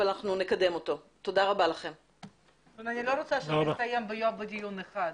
אני לא רוצה שהוא יסתיים בדיון אחד,